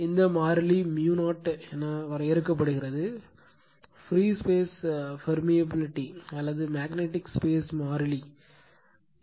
இந்த மாறிலி 0 என வரையறுக்கப்படுகிறது பிரீ ஸ்பேஸ் பெரிமியபிலிட்டி அல்லது மேக்னட்டிக் ஸ்பேஸ் மாறிலி magnetic space constant